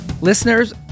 Listeners